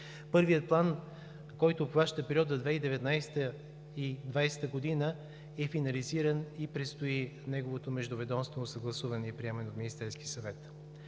Първият план, който обхваща периода 2019-а и 2020 г., е финализиран и предстои неговото междуведомствено съгласуване и приемане от Министерския съвет.